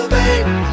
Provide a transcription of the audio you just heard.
baby